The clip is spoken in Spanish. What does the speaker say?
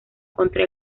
contra